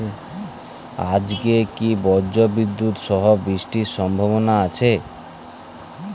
আজকে কি ব্রর্জবিদুৎ সহ বৃষ্টির সম্ভাবনা আছে?